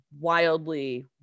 wildly